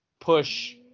push